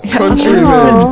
countrymen